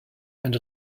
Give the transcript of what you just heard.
and